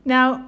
Now